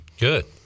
good